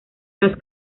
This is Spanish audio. las